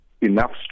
enough